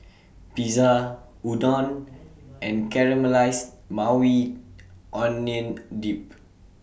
Pizza Udon and Caramelized Maui Onion Dip